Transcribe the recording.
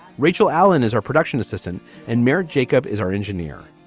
rachel allen is our production assistant and married. jacob is our engineer.